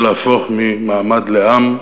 שלהפוך ממעמד לעם,